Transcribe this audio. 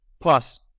plus